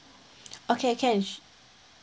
okay can s~